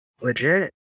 Legit